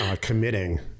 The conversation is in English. committing